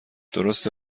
درسته